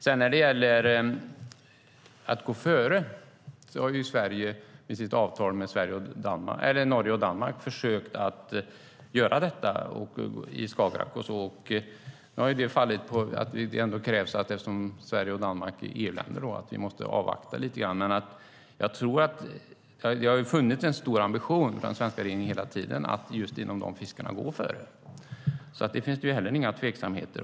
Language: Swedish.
När det sedan gäller att gå före har Sverige i sitt avtal med Norge och Danmark försökt göra detta i Skagerrak. Nu har det fallit på att det krävs att vi avvaktar lite grann eftersom Sverige och Danmark är EU-länder. Men den svenska regeringen har hela tiden haft en stor ambition att gå före just inom de fiskena. Där finns det heller inga tveksamheter.